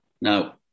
Now